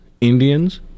Indians